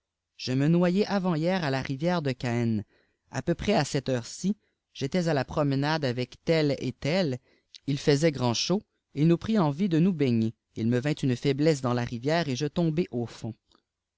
je me noyai avant-hier à la rivière de çaen à peu près à cette heure-ci j'étais à la promenade avec tels et tels il faisait grand chaud il nous prit envie de nous baigner il me vint une faiblesse dans la rivière et je tombai au fond